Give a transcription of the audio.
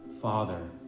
Father